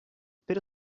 pero